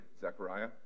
Zechariah